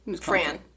Fran